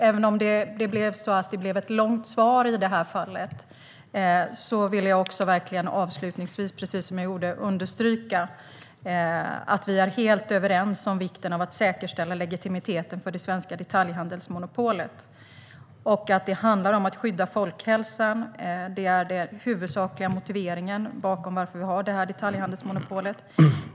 Även om det blev ett långt svar vill jag understryka att vi är helt överens om vikten av att säkerställa legitimiteten för det svenska detaljhandelsmonopolet. Att skydda folkhälsan är det huvudsakliga motivet bakom detaljhandelsmonopolet.